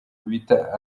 bita